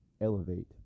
elevate